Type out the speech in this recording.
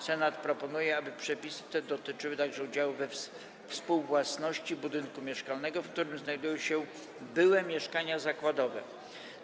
Senat proponuje, aby przepisy te dotyczyły także udziału we współwłasności budynku mieszkalnego, w którym znajdują się byłe mieszkania zakładowe.